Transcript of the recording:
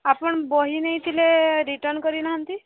ଆପଣ ବହି ନେଇଥିଲେ ରିଟର୍ନ୍ କରିନାହାନ୍ତି